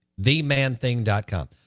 themanthing.com